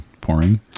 pouring